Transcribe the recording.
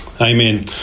Amen